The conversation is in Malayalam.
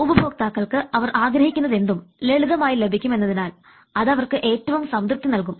ഉപഭോക്താക്കൾക്ക് അവർ ആഗ്രഹിക്കുന്നതെന്തും ലളിതമായി ലഭിക്കുമെന്നതിനാൽ അത് അവർക്ക് ഏറ്റവും സംതൃപ്തി നൽകും